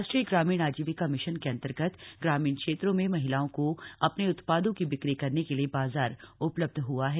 राष्ट्रीय ग्रामीण आजीविका मिशन के अन्तर्गत ग्रामीण क्षेत्रों में महिलाओं को अपने उत्पादों की बिक्री करने के लिए बाजार उपलब्ध हुआ है